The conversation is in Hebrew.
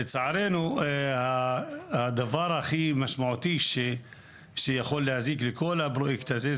לצערנו הדבר הכי משמעותי שיכול להזיק לכל הפרויקט הזה,